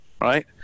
right